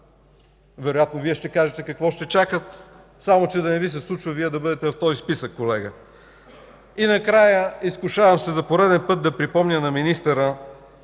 Вероятно Вие ще кажете какво ще чакат. Само да не Ви се случва Вие да бъдете в този списък, колега. И накрая, изкушавам се за пореден път да припомня на министъра,